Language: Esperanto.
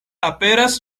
aperas